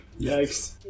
Yikes